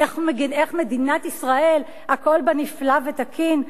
איך מדינת ישראל הכול בה נפלא ותקין.